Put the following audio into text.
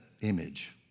image